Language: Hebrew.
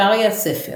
שערי הספר